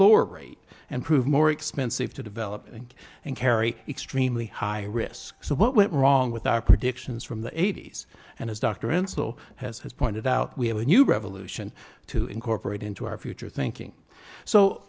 lower rate and prove more expensive to developing and carry extremely high risk so what went wrong with our predictions from the eighty's and as dr insel has has pointed out we have a new revolution to incorporate into our future thinking so